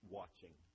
watching